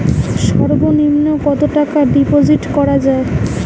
সর্ব নিম্ন কতটাকা ডিপোজিট করা য়ায়?